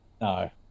No